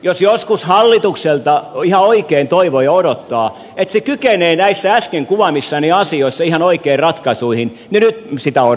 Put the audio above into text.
jos joskus hallitukselta ihan oikein toivoo ja odottaa että se kykenee näissä äsken kuvaamissani asioissa ihan oikeisiin ratkaisuihin niin nyt sitä odotan